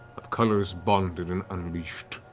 of colors bonded and unleashed.